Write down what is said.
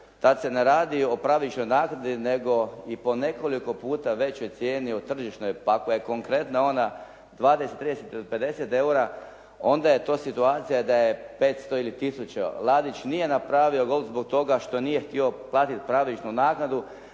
kad se ne radi …/Govornik se ne razumije./… nego i po nekoliko puta većoj cijeni o tržišnoj, pa ako je konkretna ona 20, 30 ili 50 eura, onda je to situacija da je 500 ili tisuću. Ladić nije napravio golf zbog toga što nije htio platiti pravičnu naknadu,